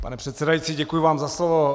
Pane předsedající, děkuji vám za slovo.